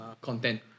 content